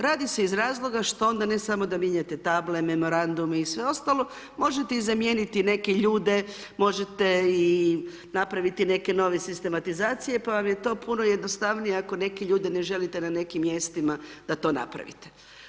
Radi se iz razloga što onda ne samo da mijenjate table, memorandume i sve ostalo, možete i zamijeniti neke ljude, možete i napraviti neke nove sistematizacije, pa vam je to puno jednostavnije ako neke ljude ne želite na nekim mjestima da to napravite.